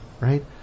right